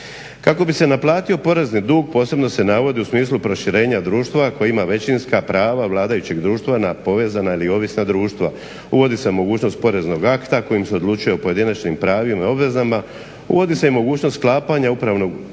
Kako bi se naplatio porezni dug posebno se navodi u smislu proširenja društva koji ima većinska prava vladajućeg društva na povezana ili ovisna društva. Uvodi se mogućnost poreznog akta kojim se odlučuje o pojedinačnim pravima i obvezama, uvodi se i mogućnost sklapanja upravnog